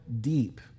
deep